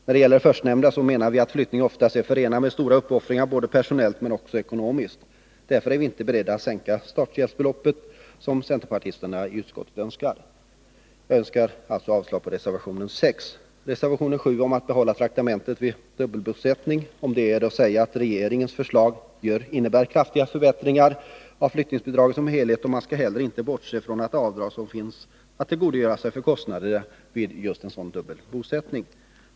När det gäller det förstnämnda menar vi att flyttning oftast är förenad med stora uppoffringar, både personliga och ekonomiska. Därför är vi inte beredda att sänka starthjälpsbeloppet, som centerpartisterna i utskottet önskar. Jag yrkar alltså avslag på reservation 6. I reservation 7 vill man behålla traktamente vid dubbelbosätt ning. Om detta är att säga att regeringens förslag innebär kraftiga förbättringar av flyttningsbidraget som helhet. Man skall heller inte bortse från det avdrag som finns för kostnader vid dubbel bosättning.